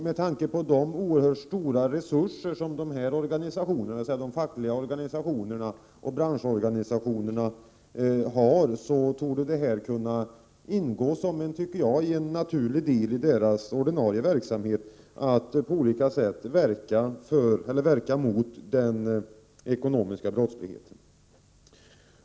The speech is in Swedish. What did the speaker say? Med tanke på de oerhört stora resurser som de fackliga organisationerna och branschorganisationerna har torde det kunna ingå som en naturlig del i deras ordinarie verksamhet att på olika sätt verka mot den ekonomiska brottsligheten.